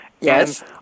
Yes